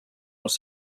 els